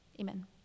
Amen